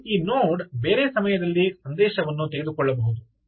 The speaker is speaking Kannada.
ಆದರೆ ಈ ನೋಡ್ ಬೇರೆ ಸಮಯದಲ್ಲಿ ಸಂದೇಶವನ್ನು ತೆಗೆದುಕೊಳ್ಳಬಹುದು